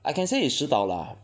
I can say is 石岛 lah